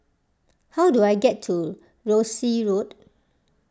how do I get to Rosyth Road